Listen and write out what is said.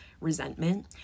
resentment